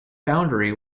boundary